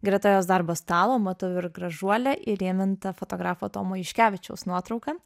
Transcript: greta jos darbo stalo matau ir gražuolę įrėmintą fotografo tomo juškevičiaus nuotrauką